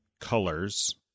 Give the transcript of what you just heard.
colors